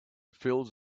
fills